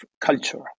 culture